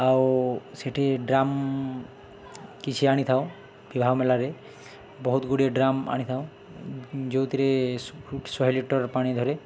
ଆଉ ସେଠି ଡ୍ରମ୍ କିଛି ଆଣିଥାଉ ବିବାହ ମେଳାରେ ବହୁତ ଗୁଡ଼ିଏ ଡ୍ରମ୍ ଆଣିଥାଉ ଯେଉଁଥିରେ ଶହେ ଲିଟର ପାଣି ଧରେ